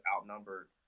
outnumbered